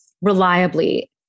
reliably